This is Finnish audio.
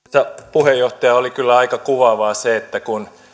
puheenjohtaja oli kyllä aika kuvaavaa se että kun